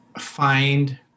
find